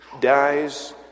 dies